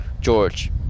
George